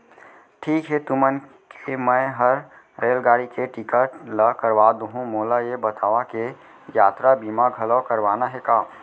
ठीक हे तुमन के मैं हर रेलगाड़ी के टिकिट ल करवा दुहूँ, मोला ये बतावा के यातरा बीमा घलौ करवाना हे का?